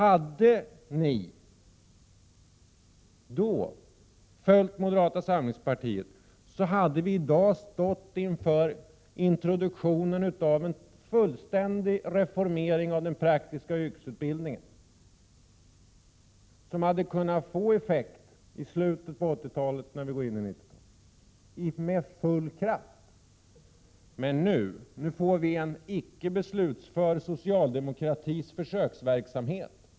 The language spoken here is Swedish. Om ni följt moderata samlingspartiet, så hade vi i dag stått inför introduktionen av en fullständig reformering av den praktiska yrkesutbildningen, som hade kunnat få effekt i slutet på 80-talet, och när vi går in i 90-talet, med full kraft. Men nu får vi en icke beslutför socialdemokratisk försöksverksamhet.